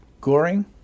Goring